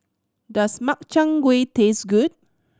does Makchang Gui taste good